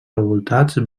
revoltats